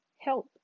help